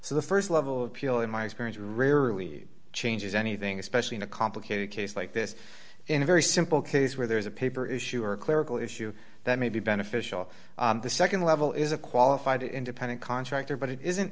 so the st level of appeal in my experience rarely changes anything especially in a complicated case like this in a very simple case where there's a paper issue or a clerical issue that may be beneficial the nd level is a qualified independent contractor but it isn't